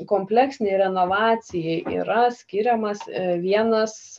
kompleksinei renovacijai yra skiriamas vienas